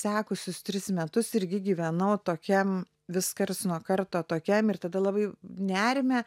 sekusius tris metus irgi gyvenau tokiam vis karts nuo karto tokiam ir tada labai nerime